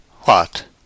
What